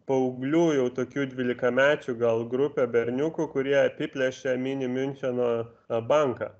paauglių jau tokių dvylikamečių gal grupė berniukų kurie apiplėšė mini miuncheno tą banką